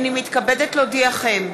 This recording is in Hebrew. הנני מתכבדת להודיעכם,